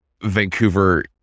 Vancouver